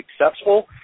successful